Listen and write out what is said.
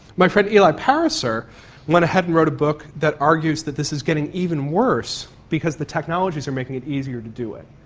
my friend eli pariser went ahead and wrote a book that argues that this is getting even worse because the technologies are making it easier to do it.